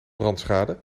brandschade